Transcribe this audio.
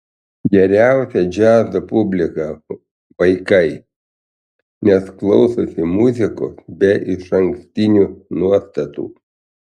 geriausia džiazo publika vaikai nes klausosi muzikos be išankstinių nuostatų